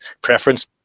preference